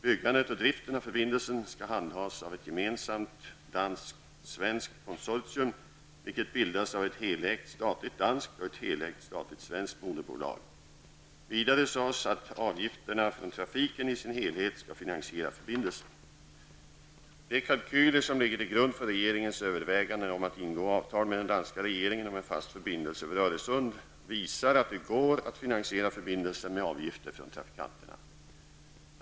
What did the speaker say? Byggandet och driften av förbindelsen skall handhas av ett gemensamt dansk-svenskt konsortium, vilket bildas av ett helägt statligt danskt och ett helägt statligt svenskt moderbolag. Vidare sades att avgifterna från trafiken i sin helhet skall finansiera förbindelsen. De kalkyler som ligger till grund för regeringens överväganden om att ingå avtal med den danska regeringen om en fast förbindelse över Öresund visar att det går att finansiera förbindelsen med avgifter från trafikanterna.